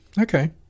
Okay